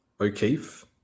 O'Keefe